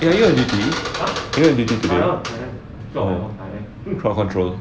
later meeting do we have meeting today orh crowd control